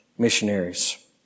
Missionaries